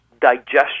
digestion